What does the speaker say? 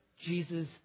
Jesus